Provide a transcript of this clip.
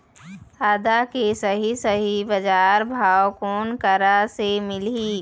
आदा के सही सही बजार भाव कोन करा से मिलही?